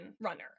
runner